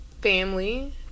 family